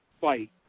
fight